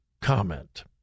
comment